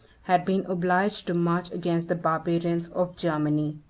had been obliged to march against the barbarians of germany.